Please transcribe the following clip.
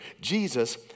Jesus